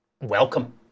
welcome